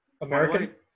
american